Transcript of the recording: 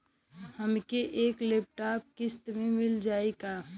हमके एक लैपटॉप किस्त मे मिल जाई का?